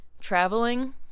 traveling